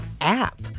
app